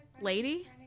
lady